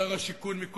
שר השיכון קודם,